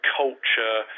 culture